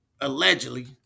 allegedly